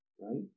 right